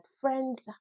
friends